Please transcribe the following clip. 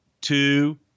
two